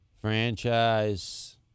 Franchise